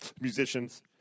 musicians